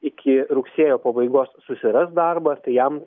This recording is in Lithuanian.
iki rugsėjo pabaigos susiras darbą tai jam